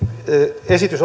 esitys